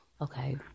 Okay